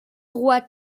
roi